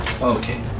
Okay